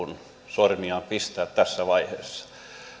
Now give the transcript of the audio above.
sormiaan pistää tässä vaiheessa